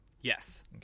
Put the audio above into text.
Yes